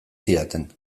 zidaten